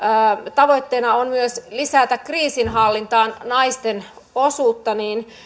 tavoitteena on myös lisätä kriisinhallintaan naisten osuutta